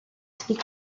speak